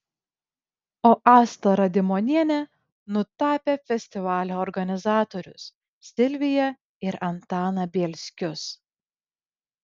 o asta radimonienė nutapė festivalio organizatorius silviją ir antaną bielskius